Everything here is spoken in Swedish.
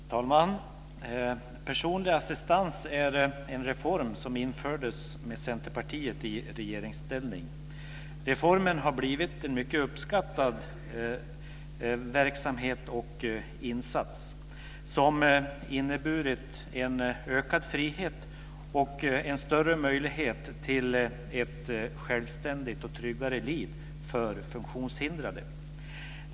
Fru talman! Reformen om personlig assistans är en reform som infördes med Centerpartiet i regeringsställning. Reformen har blivit en mycket uppskattad insats, som inneburit en ökad frihet och en större möjlighet till ett självständigt och tryggare liv för funktionshindrade.